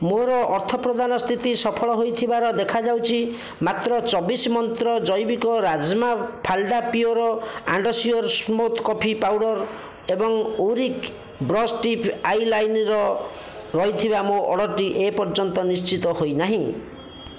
ମୋର ଅର୍ଥପ୍ରଦାନ ସ୍ଥିତି ସଫଳ ହୋଇଥିବାର ଦେଖାଯାଉଛି ମାତ୍ର ଚବିଶି ମନ୍ତ୍ର ଜୈବିକ ରାଜ୍ମା ଫାଲାଡ଼ା pure and sure smooth coffee powder ଏବଂ ଅରିକ୍ ବ୍ରଶ୍ ଟିପ୍ ଆଇ ଲାଇନର୍ ରହିଥିବା ମୋ ଅର୍ଡ଼ର୍ଟି ଏପର୍ଯ୍ୟନ୍ତ ନିଶ୍ଚିତ ହୋଇନାହିଁ